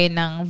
ng